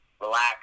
relax